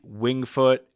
Wingfoot